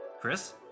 chris